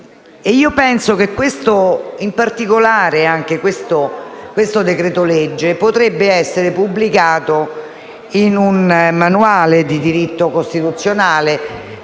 Penso che in particolare questo decreto-legge potrebbe essere pubblicato in un manuale di diritto costituzionale